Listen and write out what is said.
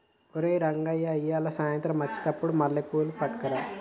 ఓయ్ రంగయ్య ఇయ్యాల సాయంత్రం అచ్చెటప్పుడు మల్లెపూలు పట్టుకరా